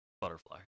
Butterfly